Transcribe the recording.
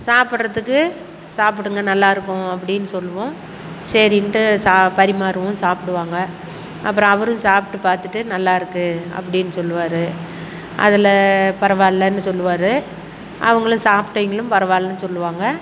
சாப்பிட்றதுக்கு சாப்பிடுங்க நல்லா இருக்கும் அப்படின்னு சொல்லுவோம் சரின்ட்டு சா பரிமாறுவோம் சாப்பிடுவாங்க அப்புறம் அவரும் சாப்பிட்டு பார்த்துட்டு நல்லா இருக்குது அப்படின்னு சொல்லுவார் அதில் பரவாயில்லைன்னு சொல்லுவார் அவங்களும் சாப்ட்டவங்களும் பரவாயில்லைன்னு சொல்லுவாங்க